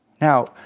Now